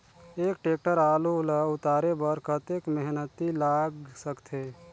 एक टेक्टर आलू ल उतारे बर कतेक मेहनती लाग सकथे?